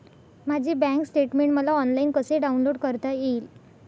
माझे bank statement मला online कसे डाउनलोड करता येईल?